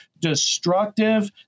destructive